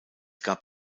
gab